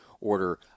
Order